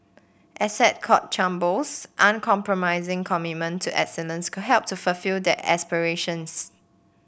Essex Court Chambers uncompromising commitment to excellence could help to fulfil that aspiration